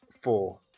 four